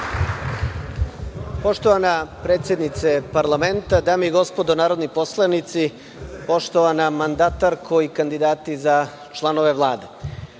Poštovana predsednice parlamenta, dame i gospodo narodni poslanici, poštovana mandatarko i kandidati za članove Vlade,